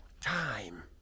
time